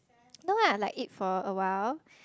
no what I eat for a while